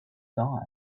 die